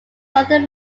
father